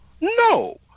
No